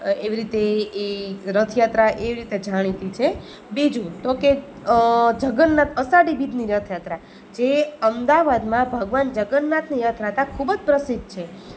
એવી રીતે એ રથયાત્રા એવી રીતે જાણીતી છે બીજું તો કે જગન્નાથ અષાઢી બીજની રથયાત્રા જે અમદાવાદમાં ભગવાન જગન્નાથની યાત્રા ખૂબ જ પ્રસિદ્ધ છે